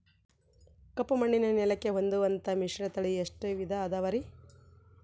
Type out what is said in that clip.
ಕಪ್ಪುಮಣ್ಣಿನ ನೆಲಕ್ಕೆ ಹೊಂದುವಂಥ ಮಿಶ್ರತಳಿ ಎಷ್ಟು ವಿಧ ಅದವರಿ?